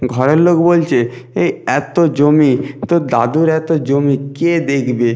ঘরের লোক বলছে এই এত জমি তোর দাদুর এত জমি কে দেখবে